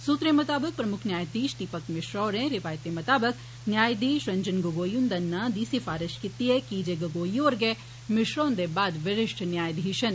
सूत्रे मताबक प्रमुक्ख न्यांयधीश दीपक मिश्रा होरें रिवायतें मताबक न्यांयघी रंजन गगोई हुन्दे नां दी सिफारश कीती ऐ की जे गगोई होर गै मिश्रा हुन्दे बाद विरिष्ठ न्यायधीश न